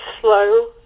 slow